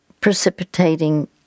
precipitating